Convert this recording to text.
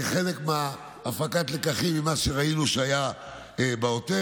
כחלק מהפקת הלקחים ממה שראינו שהיה בעוטף,